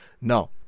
Now